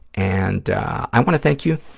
and i want to thank you.